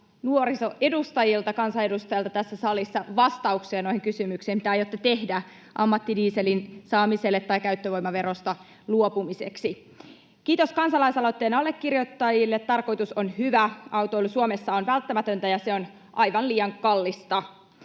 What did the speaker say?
nuorisoedustajilta, kansanedustajilta tässä salissa, vastauksia noihin kysymyksiin, että mitä aiotte tehdä ammattidieselin saamiseksi tai käyttövoimaverosta luopumiseksi. Kiitos kansalaisaloitteen allekirjoittajille. Tarkoitus on hyvä. Autoilu Suomessa on välttämätöntä, ja se on aivan liian kallista.